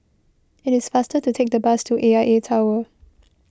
it is faster to take the bus to A I A Tower